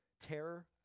terror